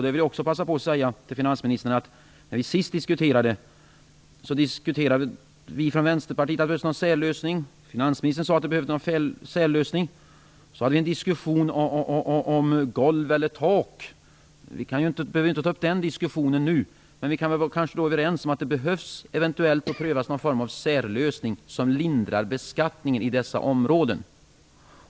Jag vill också passa på att säga till finansministern att när vi sist diskuterade frågan sade vi från Vänsterpartiet att det behövdes en särlösning, och finansministern sade att det behövdes en särlösning. Vi hade då en diskussion om golv eller tak. Vi behöver inte ta upp den diskussionen nu. Men vi kan kanske vara överens om att det eventuellt måste prövas någon form av särlösning som lindrar beskattningen i dessa områden.